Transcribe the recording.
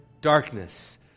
darkness